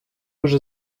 уже